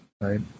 Right